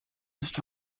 ist